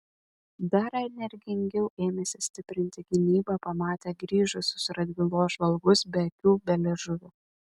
dar energingiau ėmėsi stiprinti gynybą pamatę grįžusius radvilos žvalgus be akių be liežuvio